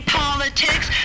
politics